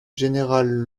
générale